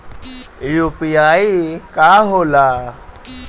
UPI का होला?